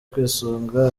kwisunga